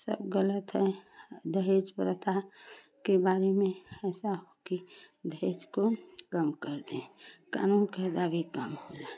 सब गलत है दहेज प्रथा के बारे में ऐसा हो कि दहेज को कम कर दें कानून के मुताबिक़ काम हो